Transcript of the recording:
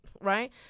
right